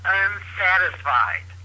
unsatisfied